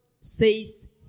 says